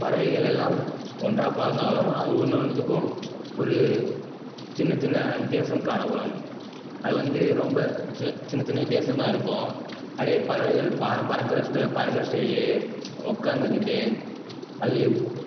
பறவைகள் எல்லாம் ஒன்றாக பறந்தாலும் அது ஒன்று ஒன்றுத்துக்கும் ஒரு சின்ன சின்ன வித்தியாசம் காணப்படும் அது வந்து ரொம்ப சி சின்ன சின்ன வித்தியாசம் தான் இருக்கும் அப்படி பறவைகள் பா பறக்கிற ஸ்ட பறக்கிற ஸ்டைலு உட்காந்திருக்குறது அது